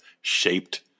shaped